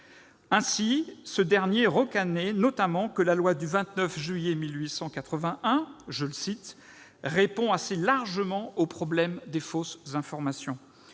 Ainsi, ce dernier reconnaît notamment que la loi du 29 juillet 1881 « répond assez largement au problème des fausses informations